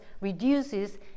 reduces